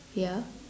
ya